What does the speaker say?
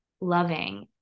loving